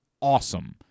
awesome